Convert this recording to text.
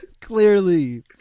Clearly